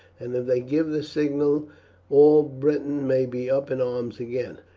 and if they give the signal all britain may be up in arms again.